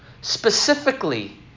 specifically